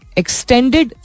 extended